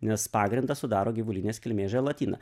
nes pagrindą sudaro gyvulinės kilmės želatina